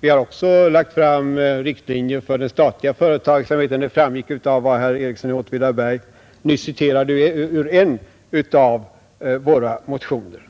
Vi har också dragit upp riktlinjer för den statliga företagsamheten — det framgick av vad herr Ericsson i Åtvidaberg nyss citerade ur en av våra motioner.